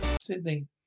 Sydney